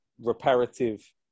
reparative